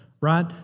right